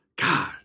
God